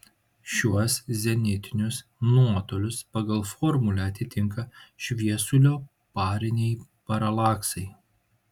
šiuos zenitinius nuotolius pagal formulę atitinka šviesulio pariniai paralaksai